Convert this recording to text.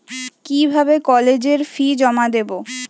কিভাবে কলেজের ফি জমা দেবো?